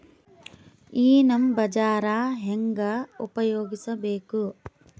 ಈ ನಮ್ ಬಜಾರ ಹೆಂಗ ಉಪಯೋಗಿಸಬೇಕು?